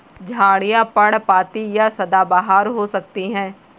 झाड़ियाँ पर्णपाती या सदाबहार हो सकती हैं